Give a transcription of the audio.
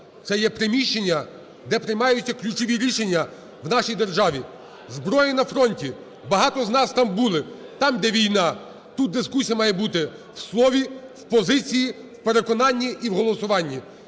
це є приміщення, де приймаються ключові рішення в нашій державі. Зброя на фронті, багато з нас там були, там де війна, тут дискусія має бути в слові, в позиції, в переконанні і в голосуванні.